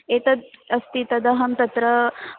एतद् अस्ति तदहं तत्र